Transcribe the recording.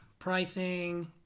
Pricing